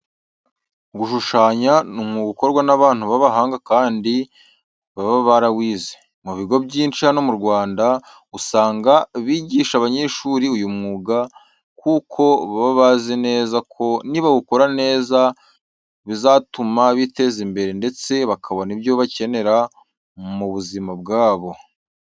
Gushushanya ni umwuga ukorwa n'abantu b'abahanga kandi baba barawize. Mu bigo byinshi hano mu Rwanda, usanga bigisha abanyeshuri uyu mwuga kuko baba bazi neza ko nibawukora neza bizatuma biteza imbere ndetse bakabona ibyo bakenera mu buzima bwabo.